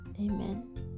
Amen